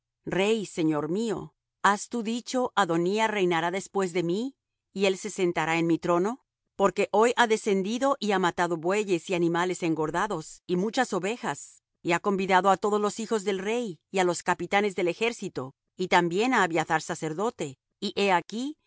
rey señor mío has tú dicho adonía reinará después de mí y él se sentará en mi trono porque hoy ha descendido y ha matado bueyes y animales engordados y muchas ovejas y ha convidado á todos los hijos del rey y á los capitanes del ejército y también á abiathar sacerdote y he aquí